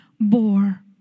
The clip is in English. bore